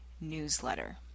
newsletter